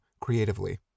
creatively